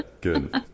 Good